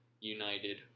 United